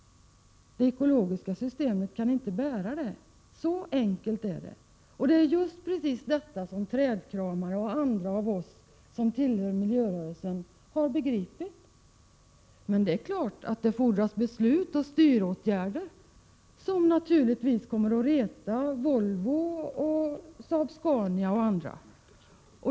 Det ekologiska systemet kan inte bära det — så enkelt är det — och det är just detta som trädkramare och andra av oss som tillhör miljörörelsen har begripit. Det fordras beslut och styråtgärder, som naturligtvis kommer att reta Volvo, Saab-Scania m.fl.